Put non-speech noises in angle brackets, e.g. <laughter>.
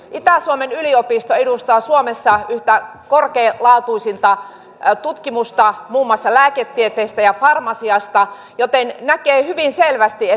itä suomen yliopisto edustaa suomessa yhtä korkealaatuisinta tutkimusta muun muassa lääketieteessä ja farmasiassa joten näkee hyvin selvästi <unintelligible>